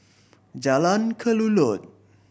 Jalan Kelulut